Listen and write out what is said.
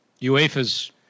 UEFA's